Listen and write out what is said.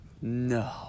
No